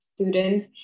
students